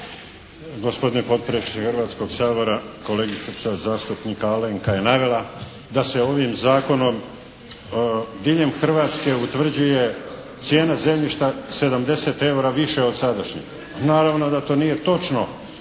Gospodine potpredsjedniče Hrvatskoga sabora. Kolegica zastupnica Alenka je navela da se ovim zakonom diljem Hrvatske utvrđuje cijena zemljišta 70 eura više od sadašnje. Naravno da to nije točno.